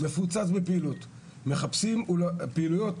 מחפשים פעילויות,